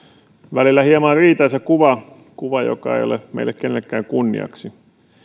välillä hieman riitaisa kuva kuva joka ei ole meille kenellekään kunniaksi